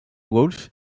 woolf